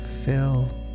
Fill